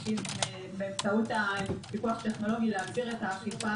ומבקשים באמצעות הפיקוח הטכנולוגי להגביר את האכיפה